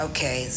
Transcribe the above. Okay